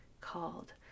called